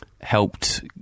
helped